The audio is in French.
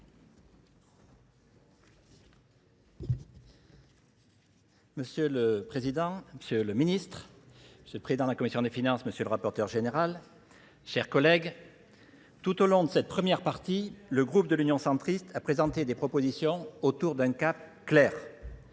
Monsieur le Président, monsieur le Ministre, monsieur le Président de la Commission des Finances, monsieur le rapporteur général, chers collègues, Tout au long de cette première partie, le groupe de l'Union centriste a présenté des propositions autour d'un cap clair.